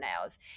nails